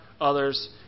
others